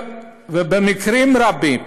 ובמקרים רבים,